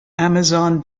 amazon